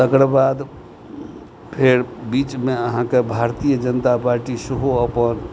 तकर बाद फेर बीचमे अहाँके भारतीय जनता पार्टी सेहो अपन